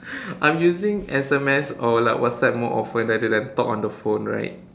I'm using S_M_S or like WhatsApp more often rather than talk on the phone right